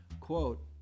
Quote